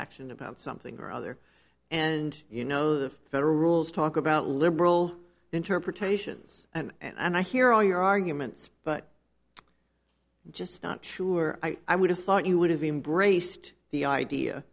action about something or other and you know the federal rules talk about liberal interpretations and i hear all your arguments but just not sure i would have thought you would have been braced the idea